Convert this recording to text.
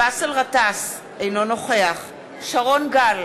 באסל גטאס, אינו נוכח שרון גל,